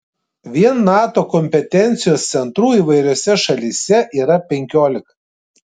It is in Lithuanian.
vien nato kompetencijos centrų įvairiose šalyse yra penkiolika